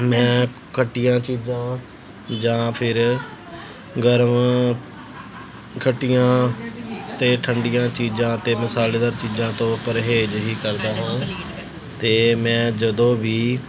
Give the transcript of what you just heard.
ਮੈਂ ਖੱਟੀਆਂ ਚੀਜ਼ਾਂ ਜਾਂ ਫਿਰ ਗਰਮ ਖੱਟੀਆਂ ਅਤੇ ਠੰਢੀਆਂ ਚੀਜ਼ਾਂ ਅਤੇ ਮਸਾਲੇਦਾਰ ਚੀਜ਼ਾਂ ਤੋਂ ਪਰਹੇਜ਼ ਹੀ ਕਰਦਾ ਹਾਂ ਅਤੇ ਮੈਂ ਜਦੋਂ ਵੀ